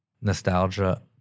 Nostalgia